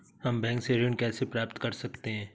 हम बैंक से ऋण कैसे प्राप्त कर सकते हैं?